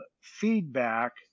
feedback